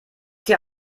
hier